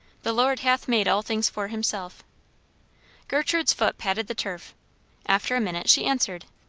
the lord hath made all things for himself gertrude's foot patted the turf after a minute she answered,